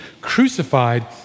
crucified